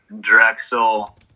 Drexel